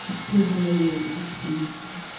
suppose i owe you an explanation.